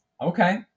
Okay